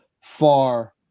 far